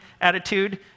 attitude